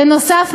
בנוסף,